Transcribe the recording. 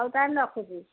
ହଉ ତାହେଲେ ରଖୁଛି